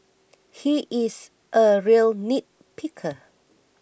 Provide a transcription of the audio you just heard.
he is a real nitpicker